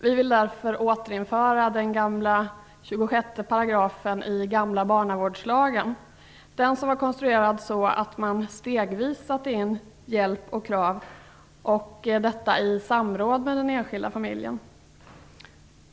Vi vill därför återinföra den gamla 26 § barnavårdslagen, som var konstruerad som så att man stegvis satte in hjälp och krav - detta i samråd med den enskilda familjen.